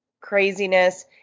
craziness